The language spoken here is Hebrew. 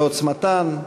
בעוצמתן,